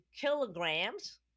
kilograms